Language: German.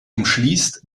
umschließt